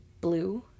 blue